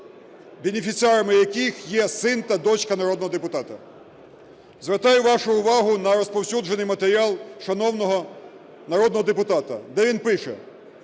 бенефіціарами якого є син та дочка народного депутата. Звертаю вашу увагу на розповсюджений матеріал шановного народного депутата, де він пише: